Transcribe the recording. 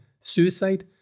suicide